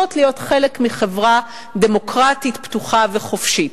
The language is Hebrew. להיות חלק מחברה דמוקרטית פתוחה וחופשית.